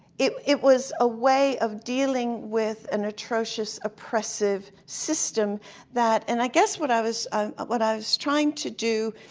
it it was a way of dealing with an atrocious, oppressive system that, and i guess what i was what i was trying to do,